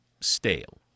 stale